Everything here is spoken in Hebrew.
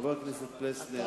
חבר הכנסת פלסנר,